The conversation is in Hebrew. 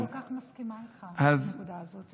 אני כל כך מסכימה איתך בנקודה הזו.